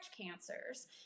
cancers